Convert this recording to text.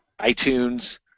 iTunes